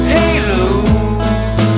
Halos